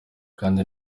kandi